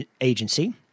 agency